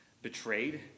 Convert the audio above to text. Betrayed